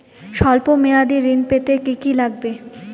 সল্প মেয়াদী ঋণ পেতে কি কি লাগবে?